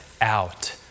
out